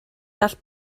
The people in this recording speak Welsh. gall